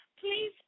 please